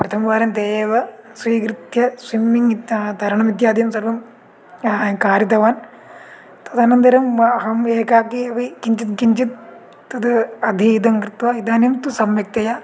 प्रथमवारन्ते एव स्वीकृत्य स्विम्मिङ्ग् इति तरणम् इत्यादीं सर्वं कारितवान् तदनन्तरम् अहम् एकाकी किञ्चित् किञ्चित् तद् अधीतं कृत्वा इदानीं तु सम्यक्तया